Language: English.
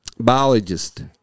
biologist